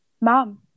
Mom